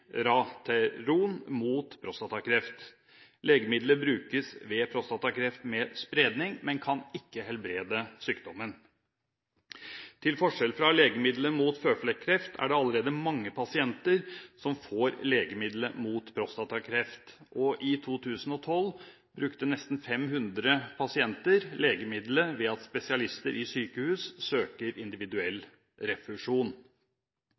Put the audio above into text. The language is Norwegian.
mot prostatakreft. Legemidlet brukes ved prostatakreft med spredning, men kan ikke helbrede sykdommen. Til forskjell fra legemidlet mot føflekkreft er det allerede mange pasienter som får legemidlet mot prostatakreft, og i 2012 brukte nesten 500 pasienter legemidlet ved at spesialister i sykehus søkte individuell refusjon.